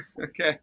Okay